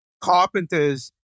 carpenters